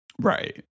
Right